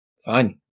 Fine